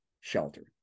shelter